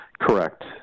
Correct